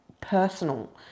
personal